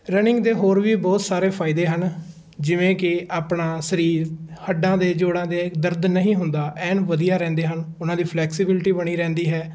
running ਦੇ ਹੋਰ ਵੀ ਬਹੁਤ ਸਾਰੇ ਫਾਇਦੇ ਹਨ ਜਿਵੇਂ ਕਿ ਆਪਣਾ ਸਰੀਰ ਹੱਡਾਂ ਦੇ ਜੋੜਾਂ ਦੇ ਦਰਦ ਨਹੀਂ ਹੁੰਦਾ ਐਨ ਵਧੀਆ ਰਹਿੰਦੇ ਹਨ ਉਹਨਾਂ ਦੀ ਫਲੈਕਸੀਬਿਲਟੀ ਬਣੀ ਰਹਿੰਦੀ ਹੈ